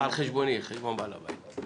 על חשבוני, על חשבון בעל הבית.